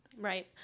Right